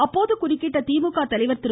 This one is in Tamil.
அப்போது குறுக்கிட்ட திமுக தலைவர் திரு